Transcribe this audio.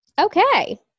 Okay